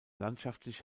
landschaftlich